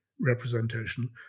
representation